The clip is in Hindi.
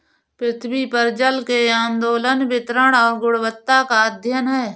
पृथ्वी पर जल के आंदोलन वितरण और गुणवत्ता का अध्ययन है